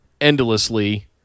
endlessly